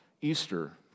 Easter